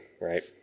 right